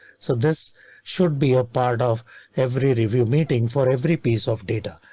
so this should be a part of every review meeting for every piece of data.